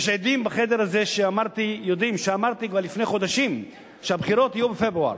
ויש עדים בחדר הזה שאמרתי כבר לפני חודשים שהבחירות יהיו בפברואר.